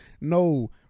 No